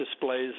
displays